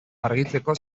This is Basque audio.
argitzeko